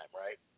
right